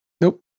nope